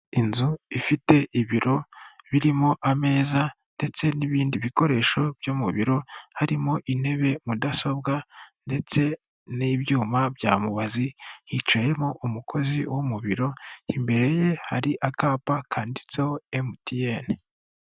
Inzu ifite ibiro birimo ameza ndetse n'ibindi bikoresho byo mu biro, harimo intebe, mudasobwa ndetse n'ibyuma bya mubazi, hicayemo umukozi wo mu biro, imbere ye hari akapa kanditseho MTN.